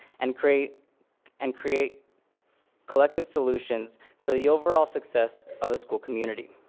and create and create collective solutions for the overall success of the school community.